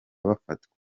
bafatwa